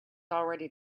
already